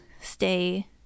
stay